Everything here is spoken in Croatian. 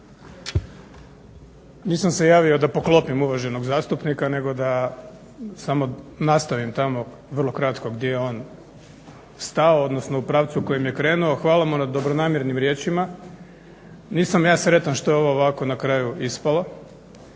Nisam se javio da poklopim uvaženog zastupnika nego da samo nastavim tamo vrlo kratko gdje je on stao, odnosno u pravcu u kojem je krenuo. Hvala mu na dobronamjernim riječima. Nisam ja sretan što je ovo ovako na kraju ispalo.